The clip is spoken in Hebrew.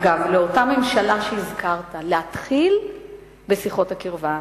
אגב, לאותה ממשלה שהזכרת להתחיל בשיחות הקרבה.